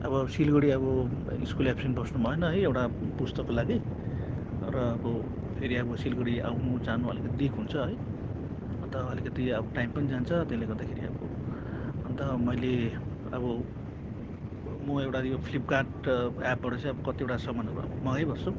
अब सिलगढी अब school absent बस्नुभएन है एउटा पुस्तकको लागि र अब फेरि अब सिलगढी आउनु जानु अलिकति दिक्क हुन्छ है अन्त अलिकति अब टाइम पनि जान्छ त्यसले गर्दाखेरि अब अन्त मैले अब म एउटा यो फ्लिपकार्ट एपबाट चाहिँ अब कतिवटा सामानहरू अब मगाइबस्छु